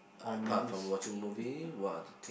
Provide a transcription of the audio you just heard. apart from watching movie what other thing